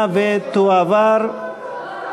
(קיום קשר עם קטין ואחראי על קטין בשפתם),